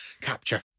capture